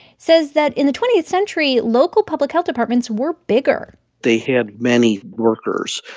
says that in the twentieth century, local public health departments were bigger they had many workers,